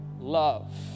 love